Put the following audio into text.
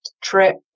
trip